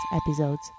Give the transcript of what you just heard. episodes